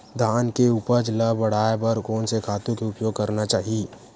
धान के उपज ल बढ़ाये बर कोन से खातु के उपयोग करना चाही?